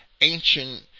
ancient